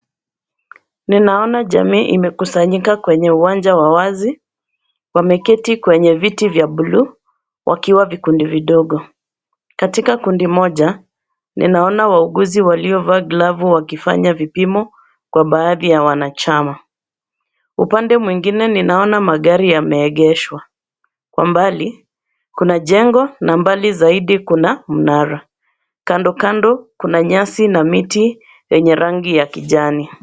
Ninaona jamii imekusanyika kwenye uwanja wa wazi. Wameketi kwenye viti vya bluu, wakiwa vikundi vidogo. Katika kundi moja, ninaona wauguzi waliovaa gravu wakifanya vipimo kwa baadhi ya wanachama. Upande mwingine ninaona magari yameegeshwa. Kwa mbali, kuna jengo na mbali zaidi kuna mnara. Kando, kando kuna nyasi na miti yenye rangi ya kijani.